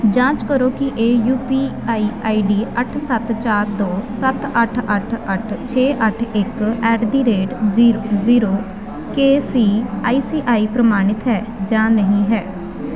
ਜਾਂਚ ਕਰੋ ਕਿ ਇਹ ਯੂ ਪੀ ਆਈ ਆਈਡੀ ਅੱਠ ਸੱਤ ਚਾਰ ਦੋ ਸੱਤ ਅੱਠ ਅੱਠ ਅੱਠ ਛੇ ਅੱਠ ਇੱਕ at the rate z zero K C I C I ਪ੍ਰਮਾਣਿਤ ਹੈ ਜਾਂ ਨਹੀਂ ਹੈ